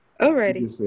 already